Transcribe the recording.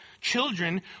children